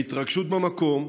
ההתרגשות במקום,